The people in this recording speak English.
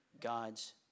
God's